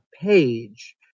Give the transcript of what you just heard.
page